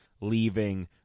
leaving